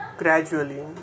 gradually